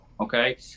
okay